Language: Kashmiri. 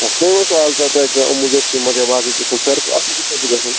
اَتھ چھُ نا یِوان سُہ اَز سُہ کیٚاہتام اومبوٗجا سیٖمینٛٹ یا باقٕے قٕسم سارِوٕے کھۅتہٕ اَصٕل کُس چھُ گژھان